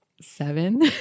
seven